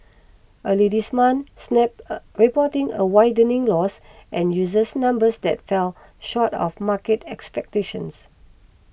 early this month Snap reporting a widening loss and user numbers that fell short of market expectations